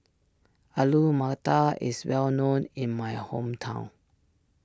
Alu Matar is well known in my hometown